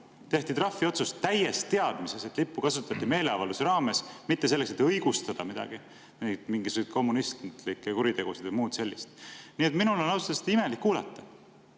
tehti trahviotsus täies teadmises, et lippu kasutati meeleavalduse raames, mitte selleks, et õigustada midagi, mingisuguseid kommunistlikke kuritegusid või muud sellist. Nii et minul on ausalt öeldes imelik seda kuulata.